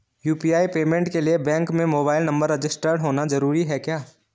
UPI payment के लिए bank में मोबाइल नंबर रजिस्टर्ड होना जरूरी है क्या?